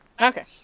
Okay